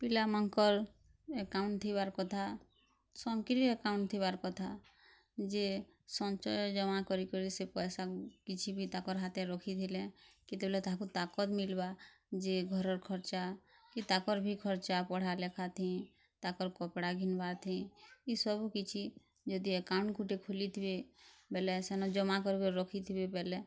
ପିଲାମାନ୍କର୍ account ଥିବାର୍ କଥା ସମ୍କିରି ଏକାଉଣ୍ଟ୍ ଥିବାର୍ କଥା ଯେ ସଞ୍ଚୟ ଜମା କରି କରି ସେ ପଏସା କିଛି ବି ତାକର୍ ହାତେ ରଖିଥିଲେ କେତେବେଳେ ତାହାକୁ ତାକତ୍ ମିଲ୍ବା ଯେ ଘର୍ର ଖର୍ଚ୍ଚା କି ତାକର୍ ବି ଖର୍ଚ୍ଚା ପଢା ଲେଖାଥି ତାଙ୍କର୍ କପ୍ଡ଼ା ଘିନ୍ବାର୍ଥିବ ଇ ସବୁ କିଛି ଯଦି ଏକାଉଣ୍ଟ୍ ଗୁଟେ ଖୁଲିଥିବେ ବେଲେ ସେନ ଜମା କରି କରି ରଖିଥିବେ ବେଲେ